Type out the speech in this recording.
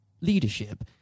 leadership